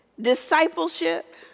discipleship